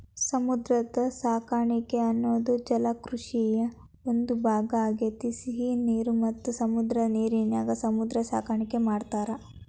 ಸಮುದ್ರ ಸಾಕಾಣಿಕೆ ಅನ್ನೋದು ಜಲಕೃಷಿಯ ಒಂದ್ ಭಾಗ ಆಗೇತಿ, ಸಿಹಿ ನೇರ ಮತ್ತ ಸಮುದ್ರದ ನೇರಿನ್ಯಾಗು ಸಮುದ್ರ ಸಾಕಾಣಿಕೆ ಮಾಡ್ತಾರ